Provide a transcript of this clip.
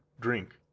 drink